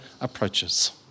approaches